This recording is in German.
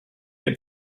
der